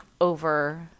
over